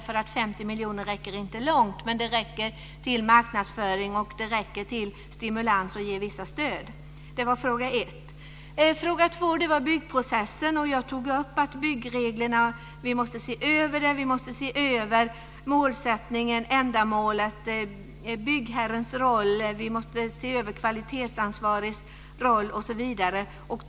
50 miljoner räcker inte långt, men det räcker till marknadsföring, det räcker till stimulans och för att ge vissa stöd. Det var fråga ett. Fråga två gällde byggprocessen. Jag tog upp att vi måste se över byggreglerna. Vi måste se över målsättningen, ändamålet, byggherrens roll. Vi måste se över den kvalitetsansvariges roll osv.